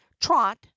trot